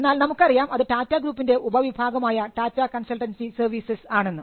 എന്നാൽ നമുക്ക് അറിയാം അത് ടാറ്റാ ഗ്രൂപ്പിൻറെ ഉപവിഭാഗമായ ടാറ്റാ കൺസൾട്ടൻസി സർവീസസ് ആണെന്ന്